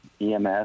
EMS